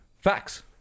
Facts